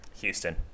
Houston